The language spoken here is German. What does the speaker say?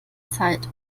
zeit